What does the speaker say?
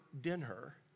dinner